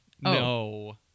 no